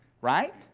Right